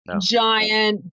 giant